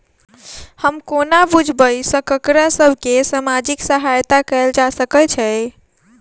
हम कोना बुझबै सँ ककरा सभ केँ सामाजिक सहायता कैल जा सकैत छै?